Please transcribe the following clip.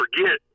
forget